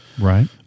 Right